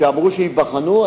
כשאמרו שיבחנו,